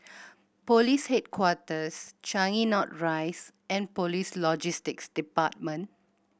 Police Headquarters Changi North Rise and Police Logistics Department